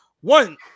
One